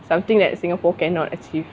something that singapore cannot achieve